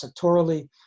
sectorally